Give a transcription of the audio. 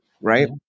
right